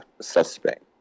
suspect